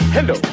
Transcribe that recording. Hello